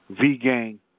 V-Gang